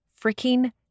freaking